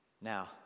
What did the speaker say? now